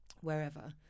wherever